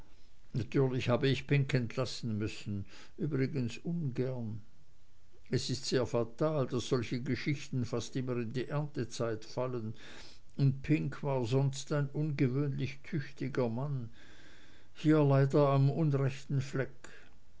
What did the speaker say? natürlich habe ich pink entlassen müssen übrigens ungern es ist sehr fatal daß solche geschichten fast immer in die erntezeit fallen und pink war sonst ein ungewöhnlich tüchtiger mann hier leider am unrechten fleck